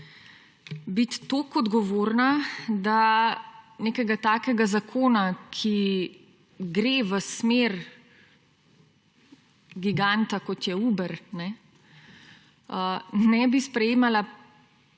biti toliko odgovorna, da nekega takega zakona, ki gre v smer giganta kot je Uber, ne bi sprejemala na slepo,